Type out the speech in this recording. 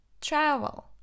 Travel